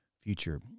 future